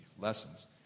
lessons